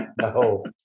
No